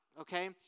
okay